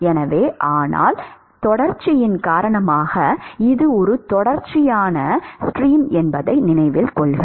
எனவே ஆனால் தொடர்ச்சியின் காரணமாக இது ஒரு தொடர்ச்சியான ஸ்ட்ரீம் என்பதை நினைவில் கொள்க